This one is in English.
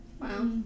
Wow